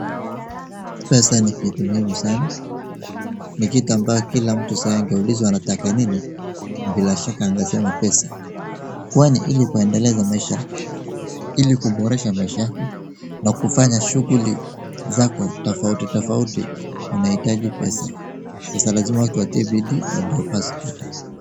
Pesa ni kitu muhimu sana, ni kitu ambayo kila mtu angeulizwa anataka nini, bila shaka angesema pesa, kwani ili kuendeleza maisha, ili kuboresha maisha yako, na kufanya shughuli zako tafauti tofauti, unahitaji pesa, sasa lazima watu watie bidii ndio basi.